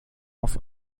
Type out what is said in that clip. auf